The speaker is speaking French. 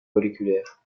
moléculaire